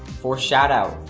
for shout-out,